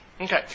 Okay